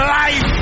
life